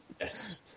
Yes